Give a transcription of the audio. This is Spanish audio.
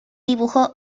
dibujo